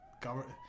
government